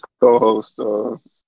co-host